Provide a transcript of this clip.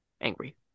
angry